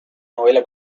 novela